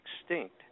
extinct